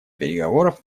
переговоров